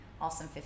awesome